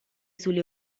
sulle